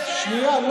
שנייה.